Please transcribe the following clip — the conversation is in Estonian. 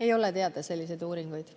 Ei ole teada selliseid uuringuid.